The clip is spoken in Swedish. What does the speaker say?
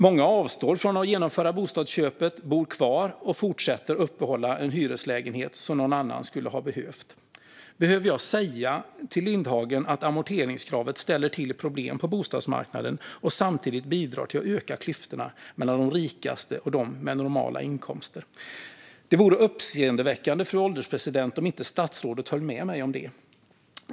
Många avstår från att genomföra bostadsköpet, bor kvar och fortsätter att uppehålla en hyreslägenhet som någon annan hade behövt. Behöver jag säga till Lindhagen att amorteringskravet ställer till problem på bostadsmarknaden och samtidigt bidrar till att öka klyftorna mellan de rikaste och dem med normala inkomster? Det vore uppseendeväckande om statsrådet inte höll med mig om det.